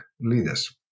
leaders